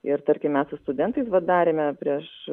ir tarkim mes su studentais vat darėme prieš